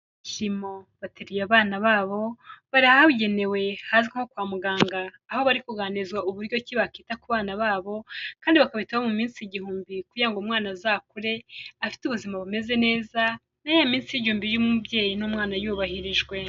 Mubyishimo bateruye abana babo, bari ahabugenewe hazwi nko kwa muganga, aho bari kuganirizwa uburyo ki bakita ku bana babo kandi bakabitaho mu minsi igihumbi kugira ngo umwana azakure afite ubuzima bumeze neza, na ya minsi igihumbi y'umubyeyi n'umwana yubahirijwe.